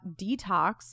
detox